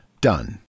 Done